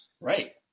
right